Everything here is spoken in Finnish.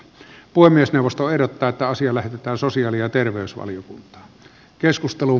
puhemiesneuvosto ehdottaa että asia lähetetään sosiaali ja terveysvaliokuntaan